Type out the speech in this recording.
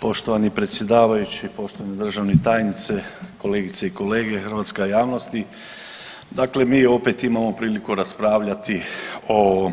Poštovani predsjedavajući, poštovani državni tajnice, kolegice i kolege, hrvatska javnosti, dakle mi opet imamo priliku raspravljati o